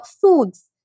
Foods